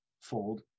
fold